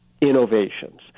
innovations